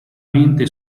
mente